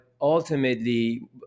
ultimately